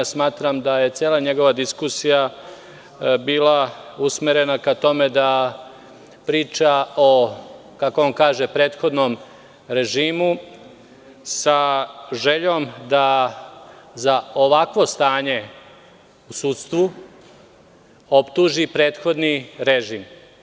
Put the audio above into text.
Smatram da je cela njegova diskusija bila usmerena ka tome da priča o kako on kaže prethodnom režimu sa željom da za ovakvo stanje u sudstvu optuži prethodni režim.